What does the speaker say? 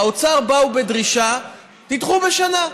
האוצר באו בדרישה: תדחו בשנה.